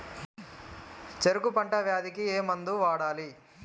చెరుకు పంట వ్యాధి కి ఏ మందు వాడాలి?